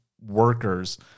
workers